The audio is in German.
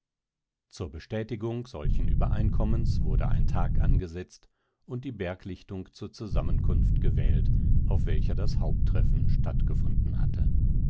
zur bestätigung solchen übereinkommens wurde ein tag angesetzt und die berglichtung zur zusammenkunft gewählt auf welcher das haupttreffen stattgefunden hatte